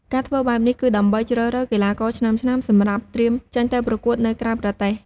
ការធ្វើបែបនេះគឺដើម្បីជ្រើសរើសកីឡាករឆ្នើមៗសម្រាប់ត្រៀមចេញទៅប្រកួតនៅក្រៅប្រទេស។